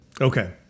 Okay